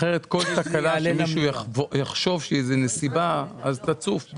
אחרת כל תקלה שמישהו יחשוב שהיא איזה נסיבה אז תצוף.